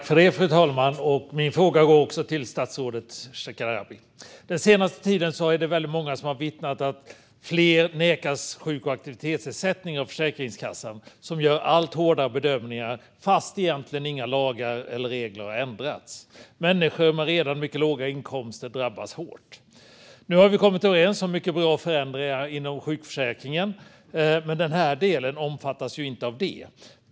Fru talman! Min fråga går också till statsrådet Shekarabi. Den senaste tiden har många vittnat om att fler nekas sjuk och aktivitetsersättning av Försäkringskassan, som gör allt hårdare bedömningar fast egentligen inga lagar eller regler har ändrats. Människor med redan mycket låga inkomster drabbas hårt. Nu har vi kommit överens om mycket bra förändringar inom sjukförsäkringen, men den här delen omfattas inte av dem.